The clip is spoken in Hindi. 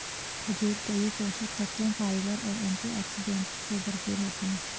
खजूर कई पोषक तत्वों, फाइबर और एंटीऑक्सीडेंट से भरपूर होते हैं